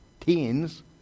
teens